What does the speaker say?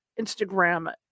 instagram